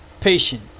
patient